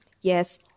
Yes